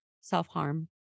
self-harm